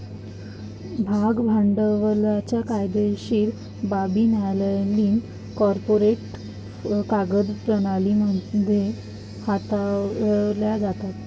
भाग भांडवलाच्या कायदेशीर बाबी न्यायालयीन कॉर्पोरेट कायदा प्रणाली मध्ये हाताळल्या जातात